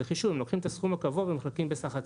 הם לוקחים את הסכום הקבוע ומחלקים בסך התיק.